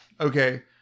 okay